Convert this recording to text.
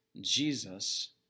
Jesus